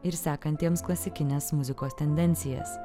ir sekantiems klasikinės muzikos tendencijas